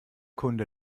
kunde